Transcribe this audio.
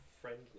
friendly